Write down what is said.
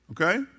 Okay